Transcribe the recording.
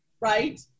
Right